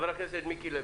חבר הכנסת מיקי לוי,